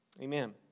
Amen